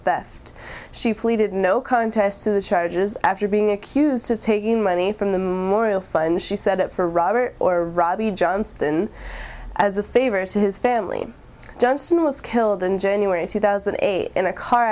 theft she pleaded no contest to the charges after being accused of taking money from the moral fund she set up for robert or robbie johnston as a favor to his family johnston was killed in january two thousand and eight in a car